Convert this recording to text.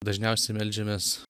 dažniausiai meldžiamės